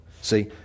See